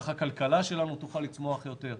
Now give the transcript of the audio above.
כך הכלכלה שלנו תוכל לצמוח יותר,